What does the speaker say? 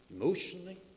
emotionally